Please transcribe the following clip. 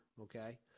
okay